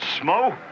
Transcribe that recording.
smoke